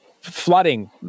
flooding